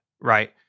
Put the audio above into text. right